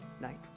night